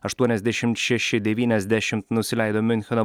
aštuoniasdešimt šeši devyniasdešimt nusileido miuncheno